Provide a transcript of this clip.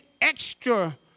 extra